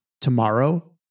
Tomorrow